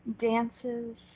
dances